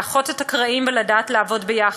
לאחות את הקרעים ולדעת לעבוד יחד.